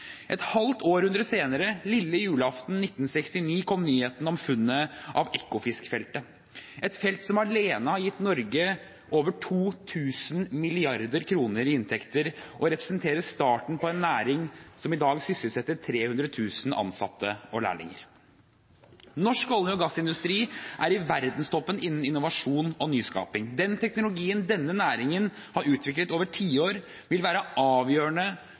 Et halvt århundre senere, lille julaften i 1969, kom nyheten om funnet av Ekofisk-feltet, et felt som alene har gitt Norge over 2 000 mrd. kr i inntekter og representerer starten på en næring som i dag sysselsetter 300 000 ansatte og lærlinger. Norsk olje- og gassindustri er i verdenstoppen innen innovasjon og nyskaping. Den teknologien denne næringen har utviklet over tiår, vil være avgjørende